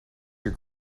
your